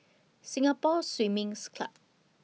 Singapore Swimming's Club